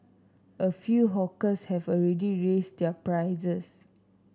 a few hawkers have already raised their prices